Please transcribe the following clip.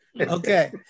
Okay